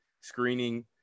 screening